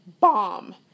bomb